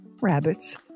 Rabbits